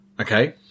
Okay